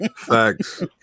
Thanks